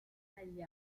negli